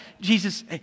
Jesus